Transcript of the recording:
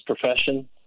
profession